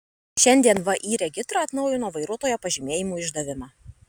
šiandien vį regitra atnaujino vairuotojo pažymėjimų išdavimą